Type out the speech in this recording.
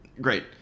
Great